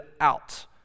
out